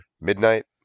Midnight